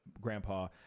grandpa